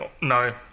no